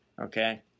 Okay